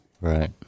Right